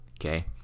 Okay